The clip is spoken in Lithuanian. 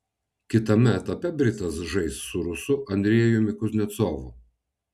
kitame etape britas žais su rusu andrejumi kuznecovu